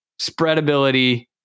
spreadability